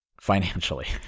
financially